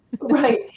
Right